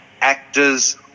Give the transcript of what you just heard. actors